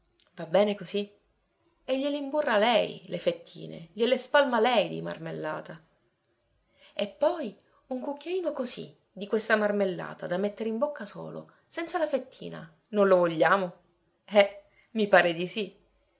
va bene così e gliele imburra lei le fettine gliele spalma lei di marmellata e poi un cucchiaino così di questa marmellata da mettere in bocca solo senza la fettina non lo vogliamo eh mi pare di sì